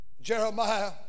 Jeremiah